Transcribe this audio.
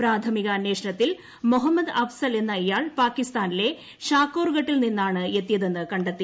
പ്രാഥമിക അന്വേഷണത്തിൽ മൊഹമ്മദ് അഫ്സൽ എന്ന ഇയാൾ പാകിസ്ഥാനിലെ ഷാക്കേർഗട്ടിൽ നിന്നാണ് എത്തിയതെന്ന് കണ്ടെത്തി